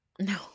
No